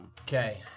Okay